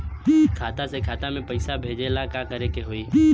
खाता से खाता मे पैसा भेजे ला का करे के होई?